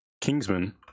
Kingsman